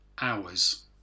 hours